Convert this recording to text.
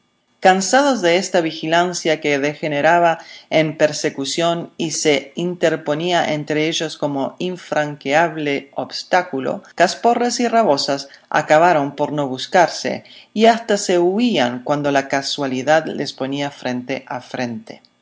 cansados de esta vigilancia que degeneraba en persecución y se interponía entre ellos como infranqueable obstáculo casporras y rabosas acabaron por no buscarse y hasta se huían cuando la casualidad les ponía frente a frente